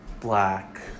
Black